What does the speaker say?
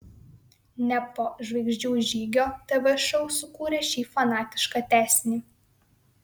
ne po žvaigždžių žygio tv šou sukūrė šį fanatišką tęsinį